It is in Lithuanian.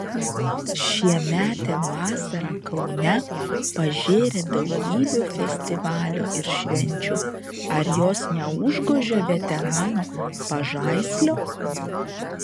šiemetė vasara kaune pažėrė daugybę festivalių ir švenčių ar jos neužgožia veterano pažaislio